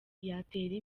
yatera